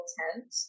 tent